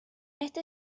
este